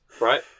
right